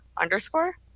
underscore